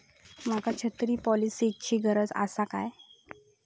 माका छत्री पॉलिसिची गरज आसा काय?